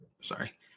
sorry